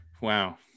Wow